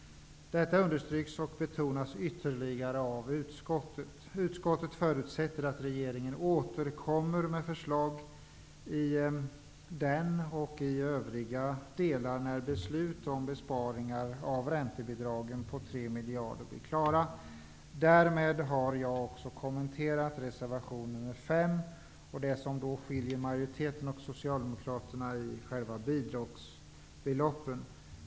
Detta understryks och betonas ytterligare av utskottet. Utskottet förutsätter att regeringen återkommer med förslag i den och övriga delar när beslut om besparingar av räntebidragen på tre miljarder blir klara. Därmed har jag också kommenterat reservation nr 5 och det som skiljer majoriteten och Socialdemokraterna i själva bidragsbeloppen.